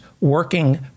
working